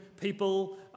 people